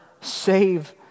save